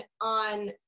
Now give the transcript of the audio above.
on